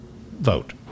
vote